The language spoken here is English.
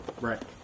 Right